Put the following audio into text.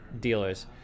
dealers